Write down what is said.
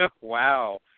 Wow